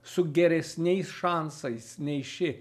su geresniais šansais nei ši